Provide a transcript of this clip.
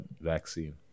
vaccine